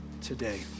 today